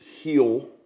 heal